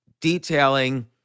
detailing